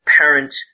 parent